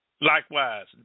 Likewise